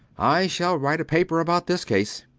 i shall write a paper about this case.